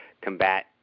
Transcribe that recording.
combat